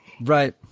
Right